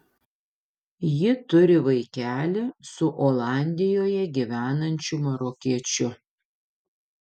ji turi vaikelį su olandijoje gyvenančiu marokiečiu